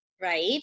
right